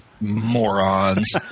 morons